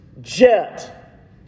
Jet